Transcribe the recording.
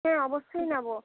হ্যাঁ অবশ্যই নেবো